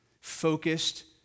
focused